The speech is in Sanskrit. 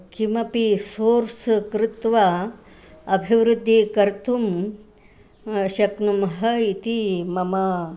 किमपि सोर्स् कृत्वा अभिवृद्धिं कर्तुं शक्नुमः इति मम